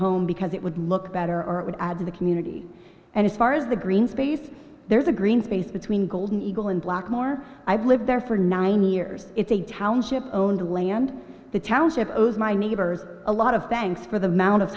home because it would look better or it would add to the community and as far as the green space there's a green space between golden eagle and black more i've lived there for nine years it's a township owned land the challenge of ows my neighbors a lot of banks for the amount of